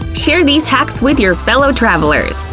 share these hacks with your fellow travelers!